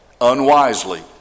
unwisely